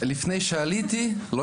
מדינות העולם כבר השקיעו בהם, נכנסו